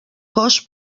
cos